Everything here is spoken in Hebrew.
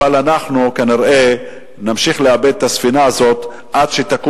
אבל כנראה אנחנו נמשיך לאבד את הספינה הזאת עד שתקום